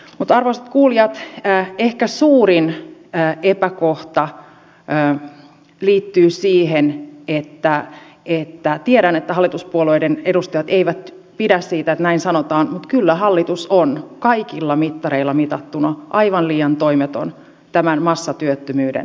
mutta arvoisat kuulijat ehkä suurin epäkohta liittyy siihen että tiedän että hallituspuolueiden edustajat eivät pidä siitä että näin sanotaan kyllä hallitus on kaikilla mittareilla mitattuna aivan liian toimeton tämän massatyöttömyyden edessä